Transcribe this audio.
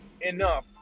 enough